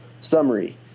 Summary